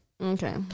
okay